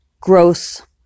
growth